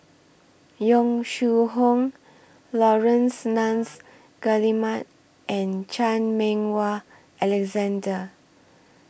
Yong Shu Hoong Laurence Nunns Guillemard and Chan Meng Wah Alexander